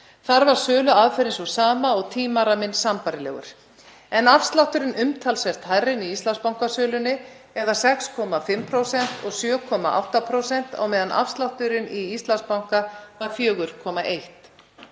þar var söluaðferðin sú sama og tímaramminn sambærilegur en afslátturinn umtalsvert hærri en í Íslandsbankasölunni eða 6,5% og 7,8% á meðan afslátturinn í Íslandsbanka var 4,1%.